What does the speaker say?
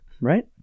Right